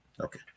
Okay